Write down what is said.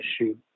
issue